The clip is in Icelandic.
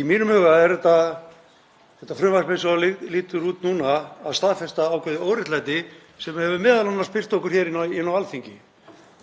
Í mínum huga er þetta frumvarp eins og það lítur út núna að staðfesta ákveðið óréttlæti sem hefur m.a. birst okkur hér á Alþingi